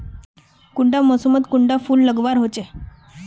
कुंडा मोसमोत कुंडा फुल लगवार होछै?